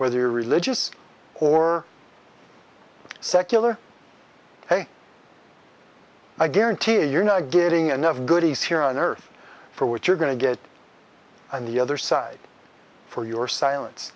whether you're religious or secular hey i guarantee you're not getting enough goodies here on earth for what you're going to get on the other side for your silence